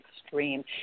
extreme